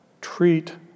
treat